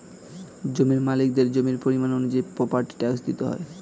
জমির মালিকদের জমির পরিমাণ অনুযায়ী প্রপার্টি ট্যাক্স দিতে হয়